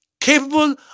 capable